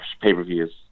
pay-per-views